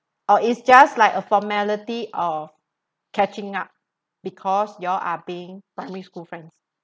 or it's just like a formality of catching up because you are being primary school friends